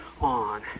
on